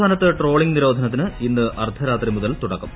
സംസ്ഥാനത്ത് ട്രോളിംഗ് നിരോധനത്തിന് ഇന്ന് അർധരാത്രിമുതൽ തുടക്കം